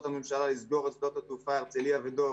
הממשלה לסגור את שדות התעופה הרצליה ודוב